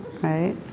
right